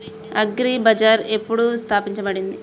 Agri Bazaar ఎప్పుడు స్థాపించబడింది?